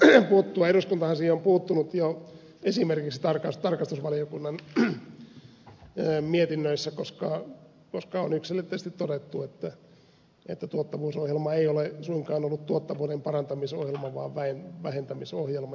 eduskuntahan siihen on puuttunut jo esimerkiksi tarkastusvaliokunnan mietinnöissä koska on yksiselitteisesti todettu että tuottavuusohjelma ei ole suinkaan ollut tuottavuuden parantamisohjelma vaan vähentämisohjelma